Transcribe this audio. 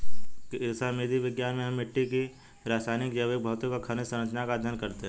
कृषि मृदा विज्ञान में हम मिट्टी की रासायनिक, जैविक, भौतिक और खनिज सरंचना का अध्ययन करते हैं